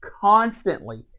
constantly